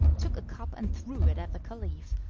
took a cup and threw it at the caliph,